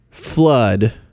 flood